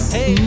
Hey